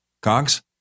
Cogs